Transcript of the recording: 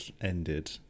ended